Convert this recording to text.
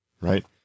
Right